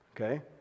okay